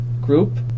group